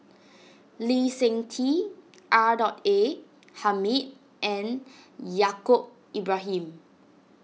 Lee Seng Tee R Dot A Hamid and Yaacob Ibrahim